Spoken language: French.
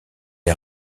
est